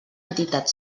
entitat